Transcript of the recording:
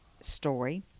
story